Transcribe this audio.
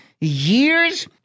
years